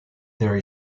there